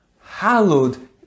hallowed